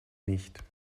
nicht